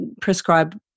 prescribe